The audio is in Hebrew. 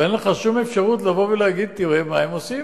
אבל אין לך שום אפשרות לבוא ולהגיד: תראה מה עושים,